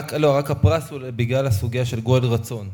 רק, הפרס הוא בגלל הסוגיה של גואל רצון.